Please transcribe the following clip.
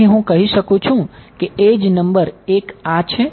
તેથી આપણે local edge number 5 છે